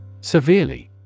Severely